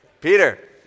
Peter